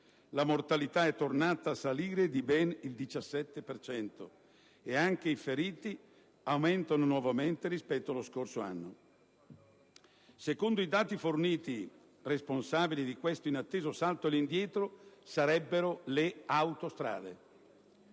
la mortalità è tornata a salire, di ben il 17 per cento, e anche i feriti aumentano nuovamente rispetto allo scorso anno. Secondo i dati forniti, responsabili di questo inatteso salto all'indietro sarebbero le autostrade.